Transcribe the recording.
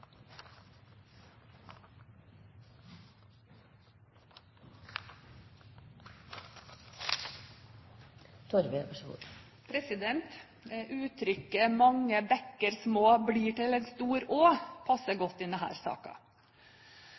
Uttrykket «mange bekker små gjør en stor å» passer godt i denne saken. Den store velferdsutviklingen vi har opplevd her